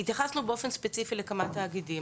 התייחסו באופן ספציפי לכמה תאגידים: